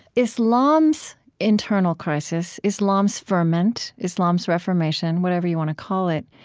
islam's internal crisis, islam's ferment, islam's reformation, whatever you want to call it,